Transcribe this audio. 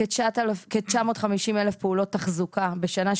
כ-950 אלף פעולות תחזוקה בשנה.